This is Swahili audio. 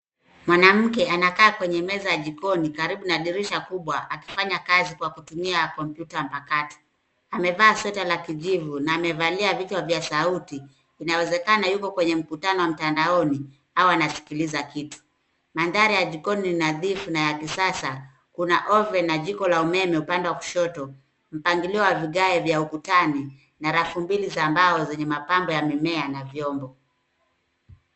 Mwanamke anakaa kwenye ya meza jikoni karibu na dirisha kubwa akifanya kazi kwa kutumia kompyuta mpakato. Amevaa sweta la kijivu na amevalia vichwa vya sauti, inawezekana yuko kwenye mkutano wa mtandaoni au anasikiliza kitu. Mandhari ya jikoni ni nadhifu na ya kisasa. Kuna oven na jiko la umeme upande wa kushoto. Mpangilio wa vigae vya ukutani na rafu mbili za mbao zenye mapambo ya mimea na vyombo.